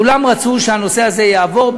כולם רצו שהנושא הזה יעבור.